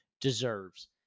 deserves